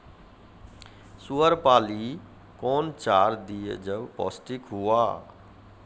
Sugar पाली कौन चार दिय जब पोस्टिक हुआ?